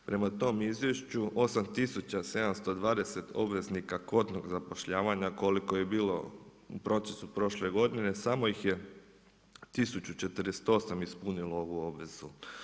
Prema tom izvješću 8 720 obveznika kvotnog zapošljavanja koliko je bilo u procesu prošle godine, samo ih 1 048 ispunilo ovu obvezu.